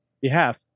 behalf